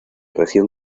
región